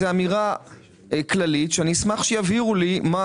זו אמירה כללית שאני אשמח שיבהירו לי מה